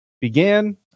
began